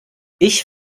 ich